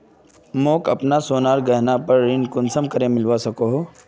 मोक अपना सोनार गहनार पोर ऋण कुनियाँ से मिलवा सको हो?